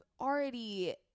already